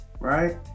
right